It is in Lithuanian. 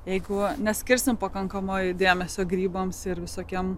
jeigu neskirsim pakankamo dėmesio grybams ir visokiems